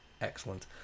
excellent